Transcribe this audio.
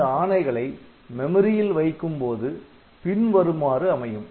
இந்த ஆணைகளை மெமரியில் வைக்கும்போது பின்வருமாறு அமையும்